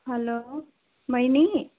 hello बहिनी